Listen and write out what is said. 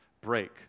break